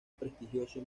prestigioso